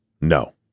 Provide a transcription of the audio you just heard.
No